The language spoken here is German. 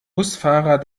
busfahrer